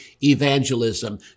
evangelism